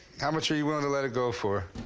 how much are you willing to let it go for?